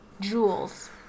jewels